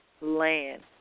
land